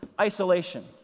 isolation